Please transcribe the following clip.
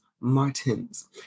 Martins